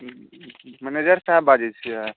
manager साहब बाजय छीयै